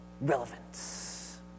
relevance